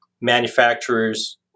manufacturers